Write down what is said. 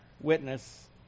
witness